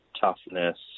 toughness